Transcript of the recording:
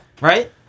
right